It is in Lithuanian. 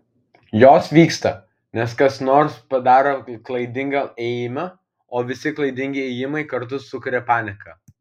jos vyksta nes kas nors padaro klaidingą ėjimą o visi klaidingi ėjimai kartu sukuria paniką